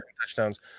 touchdowns